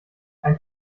ein